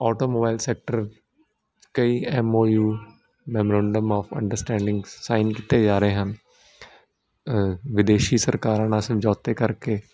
automobile sector ਕਈ MOU memorandum of understanding sign ਕੀਤੇ ਜਾ ਰਹੇ ਹਨ ਵਿਦੇਸ਼ੀ ਸਰਕਾਰਾਂ ਨਾਲ ਸਮਝੌਤੇ ਕਰਕੇ